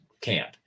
camp